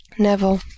Neville